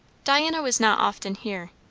diana was not often here,